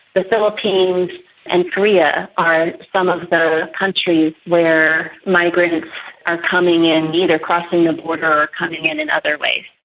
the philippines and korea are some of the countries where migrants are coming in, either crossing the ah border or coming in in other ways.